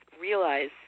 realize